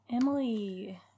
Emily